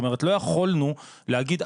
לא יכולנו להגיד,